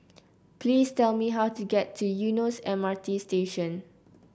please tell me how to get to Eunos M R T Station